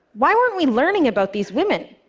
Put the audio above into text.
why weren't we learning about these women?